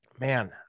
man